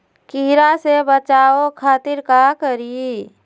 कीरा से बचाओ खातिर का करी?